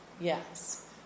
yes